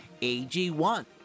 AG1